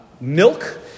milk